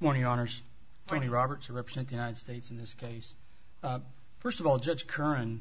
warning honors for any robber to represent the united states in this case first of all judge curran